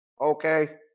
Okay